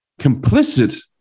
complicit